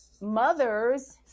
Mothers